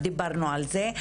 ודיברנו על זה.